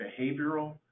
behavioral